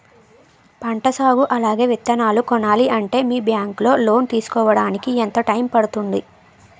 పంట సాగు అలాగే విత్తనాలు కొనాలి అంటే మీ బ్యాంక్ లో లోన్ తీసుకోడానికి ఎంత టైం పడుతుంది?